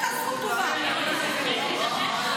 יש מתנגד נוסף להצעה האחרת,